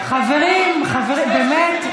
חברים, חברים, באמת.